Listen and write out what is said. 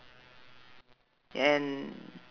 and